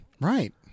Right